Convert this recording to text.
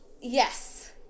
yes